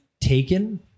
taken